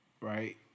right